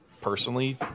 personally